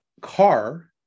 car